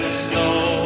snow